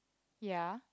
ya